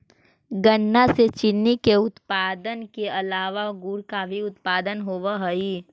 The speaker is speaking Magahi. गन्ना से चीनी के उत्पादन के अलावा गुड़ का उत्पादन भी होवअ हई